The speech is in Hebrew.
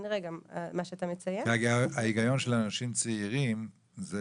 כנראה גם מה שאתה מציין --- ההיגיון של אנשים צעירים זה